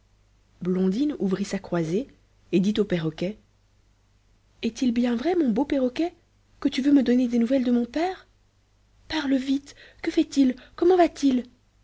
blondine ouvrit sa croisée et dit au perroquet est-il bien vrai mon beau perroquet que tu veux me donner des nouvelles de mon père parle vite que fait-il comment va-t-il